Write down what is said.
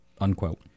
unquote